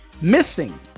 missing